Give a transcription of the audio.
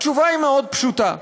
התשובה היא פשוטה מאוד: